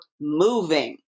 moving